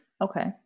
Okay